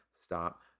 stop